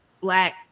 black